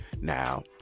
Now